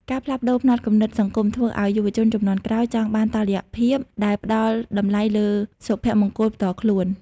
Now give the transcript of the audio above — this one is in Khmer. ការផ្លាស់ប្តូរផ្នត់គំនិតសង្គម ធ្វើឱ្យយុវជនជំនាន់ក្រោយចង់បានតុល្យភាពដែលផ្តល់តម្លៃលើសុភមង្គលផ្ទាល់ខ្លួន។